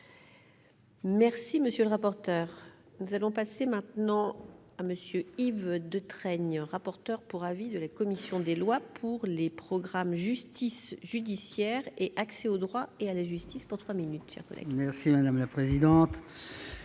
Merci, monsieur le rapporteur, nous allons passer maintenant à monsieur Yves Detraigne, rapporteur pour avis de la commission des lois pour les programmes Justice judiciaire et accès au droit et à la justice pour 3 minutes. Merci madame la présidente,